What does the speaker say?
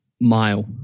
mile